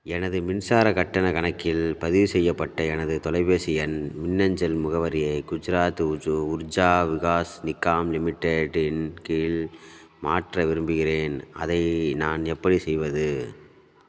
எனது மின்சார கட்டணக் கணக்கில் பதிவுசெய்யப்பட்ட எனது தொலைபேசி எண் மின்னஞ்சல் முகவரியை குஜராத் உர்ஜு உர்ஜா விகாஸ் நிகாம் லிமிடெட் இன் கீழ் மாற்ற விரும்புகிறேன் அதை நான் எப்படி செய்வது